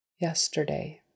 yesterday